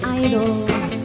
idols